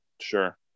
Sure